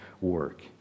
work